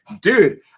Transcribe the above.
Dude